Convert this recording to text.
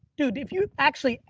dude, if you actually,